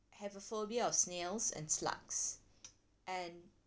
have a phobia of snails and slugs and